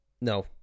No